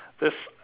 that's